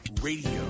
Radio